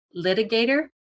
litigator